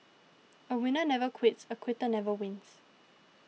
a winner never quits a quitter never wins